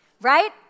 Right